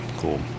cool